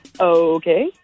Okay